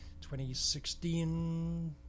2016